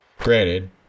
Granted